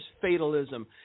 fatalism